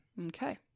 Okay